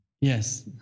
Yes